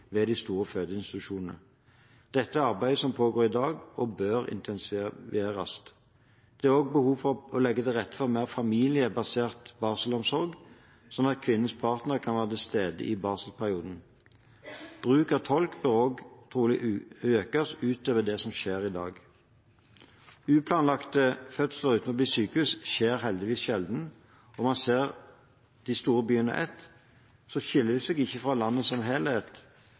ved de store fødeinstitusjonene. Dette er arbeid som pågår i dag, og som bør intensiveres. Det er også behov for å legge til rette for mer familiebasert barselomsorg, slik at kvinnens partner kan være til stede i barselperioden. Bruk av tolk bør trolig også økes utover det som skjer i dag. Uplanlagte fødsler utenfor sykehus skjer heldigvis sjelden, og ser man de store byene under ett, skiller de seg ikke fra landet som helhet